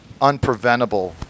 unpreventable